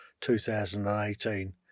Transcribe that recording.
2018